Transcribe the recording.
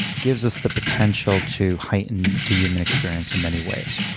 gives us the potential to heighten the human experience in many ways.